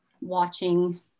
watching